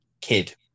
kid